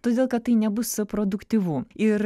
todėl kad tai nebus produktyvu ir